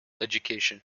education